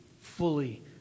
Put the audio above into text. Fully